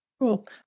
Cool